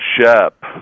Shep